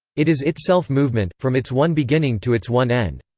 it is itself movement, from its one beginning to its one end.